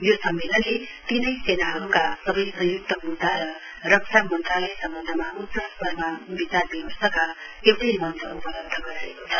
यो सम्मेलनले तीनै सेनाहरुका सवै संयुक्त मुद्दा र रक्षा मन्त्रालय सम्वन्धमा उच्चस्तरमा विचार विमर्शका एउटै मंच उपलब्ध गराएको छ